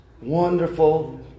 wonderful